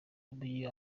bw’umujyi